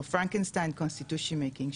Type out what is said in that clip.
או פרנקנשטיין קונסטיטושין מייקינג,